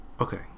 Okay